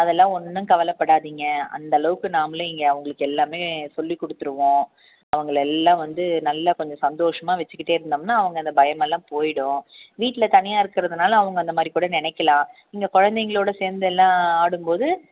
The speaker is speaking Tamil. அதெல்லாம் ஒன்றும் கவலைப்படாதீங்க அந்தளவுக்கு நாங்கள் இங்கே அவங்களுக்கு எல்லாம் சொல்லி கொடுத்துருவோம் அவங்கள எல்லாம் வந்து நல்லா கொஞ்சம் சந்தோஷமாக வச்சுக்கிட்டே இருந்தோம்னா அவங்க அந்த பயமெல்லாம் போயிவிடும் வீட்டில் தனியாக இருக்கிறதுனால அவங்க அந்த மாதிரி கூட நினைக்கலாம் இங்கே குழந்தைங்களோட சேர்ந்து எல்லாம் ஆடும் போது